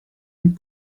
mit